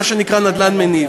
מה שנקרא נדל"ן מניב,